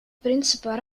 принципа